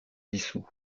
dissous